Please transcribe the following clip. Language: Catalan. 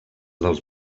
dels